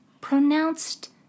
pronounced